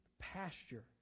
pasture